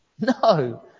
No